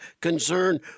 concern